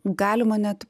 galima net